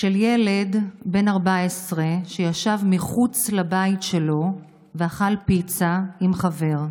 של ילד בן 14 שישב מחוץ לבית שלו ואכל פיצה עם חבר.